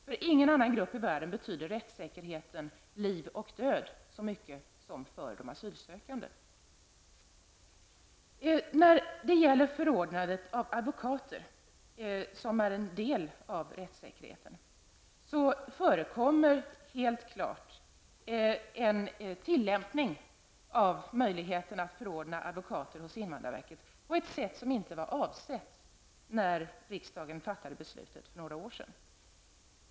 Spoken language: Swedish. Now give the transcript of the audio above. För ingen annan grupp i världen betyder rättssäkerheten liv och död så mycket som för de asylsökande. När det gäller förordnandet av advokater -- det är ju en del av rättssäkerheten -- förekommer helt klart en tillämpning av möjligheterna att förordna advokater hos invandrarverket på ett sätt som inte kan vara avsett när riksdagen fattade beslut för några år sedan.